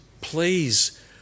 Please